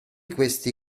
questi